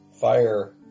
fire